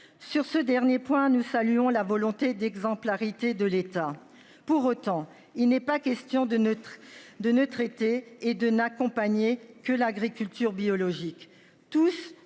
Sur ce dernier point, nous saluons la volonté d'exemplarité de l'État. Pour autant, il n'est pas question de neutre de ne traiter et de n'. Que l'agriculture biologique.